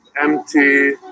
empty